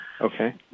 Okay